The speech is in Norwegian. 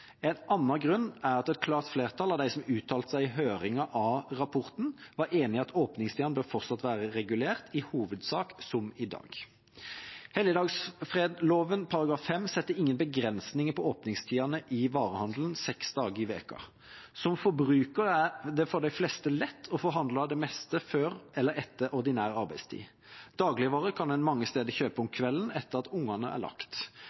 En annen grunn er at et klart flertall av dem som uttalte seg i høringen av rapporten, var enig i at åpningstidene fortsatt bør være regulert i hovedsak som i dag. Helligdagsfredloven § 5 setter ingen begrensninger for åpningstidene i varehandelen seks dager i uken. Som forbruker er det for de fleste lett å få handlet det meste før eller etter ordinær arbeidstid. Dagligvarer kan en mange steder kjøpe om kvelden etter at ungene er lagt.